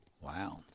Wow